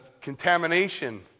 contamination